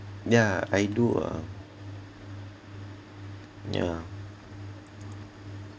yeah I do ah yeah